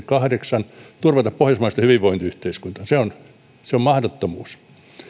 kahdeksan turvata pohjoismaista hyvinvointiyhteiskuntaa se on se on mahdottomuus